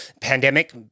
pandemic